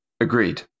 Agreed